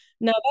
now